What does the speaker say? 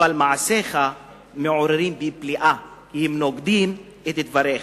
אבל מעשיך מעוררים בי פליאה כי הם נוגדים את דבריך.